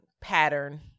pattern